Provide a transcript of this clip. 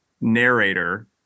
narrator